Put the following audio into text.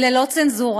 היא ללא צנזורה.